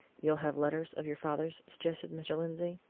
you'll have letters of your father's? suggested mr. lindsey.